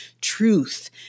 truth